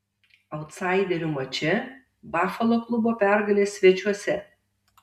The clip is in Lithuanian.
autsaiderių mače bafalo klubo pergalė svečiuose